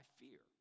fear